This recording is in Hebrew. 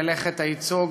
מלאכת הייצוג,